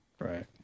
Right